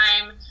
time